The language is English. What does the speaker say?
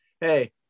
hey